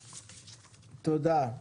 תודה.